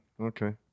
okay